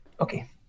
Okay